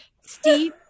Steve